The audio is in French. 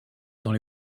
dans